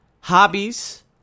hobbies